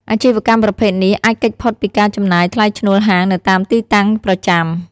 អាជីវកម្មប្រភេទនេះ អាចគេចផុតពីការចំណាយថ្លៃឈ្នួលហាងនៅតាមទីតាំងប្រចាំ។